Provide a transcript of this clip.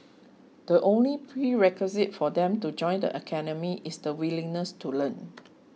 the only prerequisite for them to join the academy is the willingness to learn